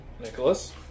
Nicholas